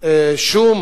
לשום